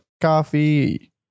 coffee